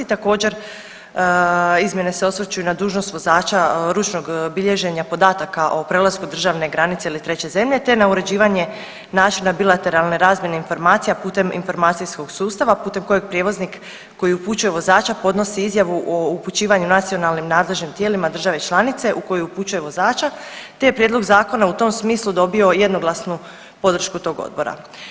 Također izmjene se osvrću i na dužnost vozača ručnog bilježenja podataka o prelasku državne granice ili treće zemlje te na uređivanje načina bilateralne razmjene informacija putem informacijskog sustava putem kojeg prijevoznik koji upućuje vozača podnosi izjavu o upućivanju nacionalnim nadležnim tijelima države članice u koju upućuje vozača, te je prijedlog zakona u tom smislu dobio jednoglasnu podršku tog odbora.